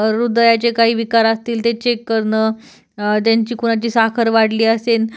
हृदयाचे काही विकार असतील ते चेक करणं ज्यांची कुणाची साखर वाढली असेन